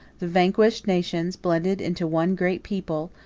the vanquished nations, blended into one great people,